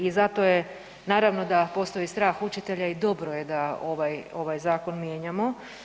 I zato je, naravno da postoji strah učitelja i dobro je da ovaj Zakon mijenjamo.